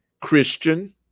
Christian